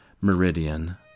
Meridian